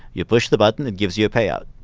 you push the button, it gives you a payout.